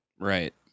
Right